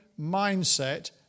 mindset